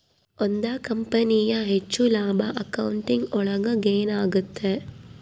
ಒಂದ್ ಕಂಪನಿಯ ಹೆಚ್ಚು ಲಾಭ ಅಕೌಂಟಿಂಗ್ ಒಳಗ ಗೇನ್ ಆಗುತ್ತೆ